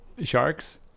sharks